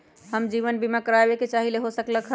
हम जीवन बीमा कारवाबे के चाहईले, हो सकलक ह?